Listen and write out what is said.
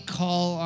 call